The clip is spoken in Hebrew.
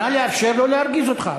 נא לאפשר לו להרגיז אותך.